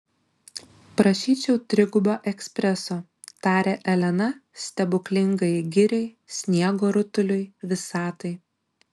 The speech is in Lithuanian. prašyčiau trigubą ekspreso tarė elena stebuklingajai giriai sniego rutuliui visatai